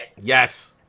Yes